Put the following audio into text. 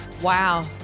Wow